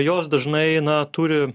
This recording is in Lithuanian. jos dažnai na turi